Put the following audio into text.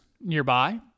nearby